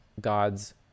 God's